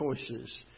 choices